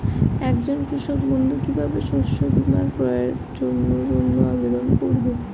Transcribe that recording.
একজন কৃষক বন্ধু কিভাবে শস্য বীমার ক্রয়ের জন্যজন্য আবেদন করবে?